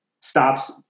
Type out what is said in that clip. stops